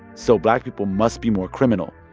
so black people must be more criminal.